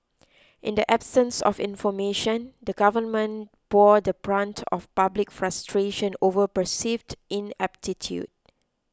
in the absence of information the government bore the brunt of public frustration over perceived ineptitude